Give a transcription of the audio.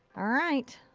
alright.